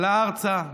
עלה ארצה,